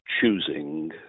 choosing